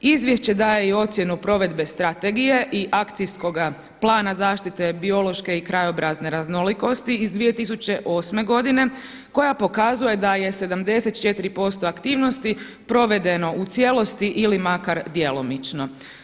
Izvješće daje i ocjenu provedbe strategije i Akcijskoga plana zaštite biološke i krajobrazne raznolikosti iz 2008. godine koja pokazuje da je 74% aktivnosti provedeno u cijelosti ili makar djelomično.